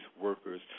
workers